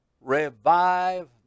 revive